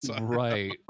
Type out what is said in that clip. Right